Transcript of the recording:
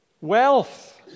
Wealth